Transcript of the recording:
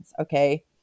okay